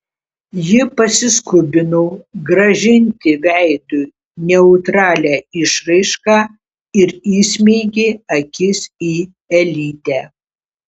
ji pasiskubino grąžinti veidui neutralią išraišką ir įsmeigė akis į elytę